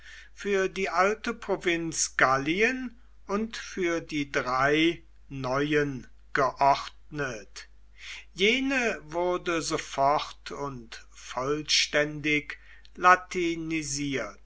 für die alte provinz gallien und für die drei neuen geordnet jene wurde sofort und vollständig